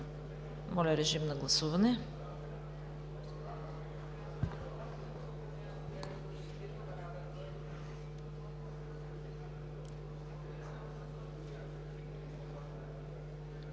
Моля, режим на гласуване